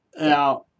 Now